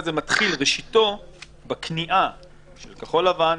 ראשיתו של החוק בכניעה של כחול לבן,